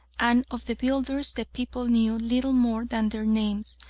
and of the builders the people knew little more than their names,